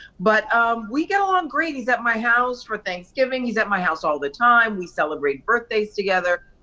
but we get along great, he's at my house for thanksgiving, he's at my house all the time, we celebrate birthdays together,